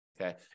Okay